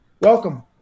Welcome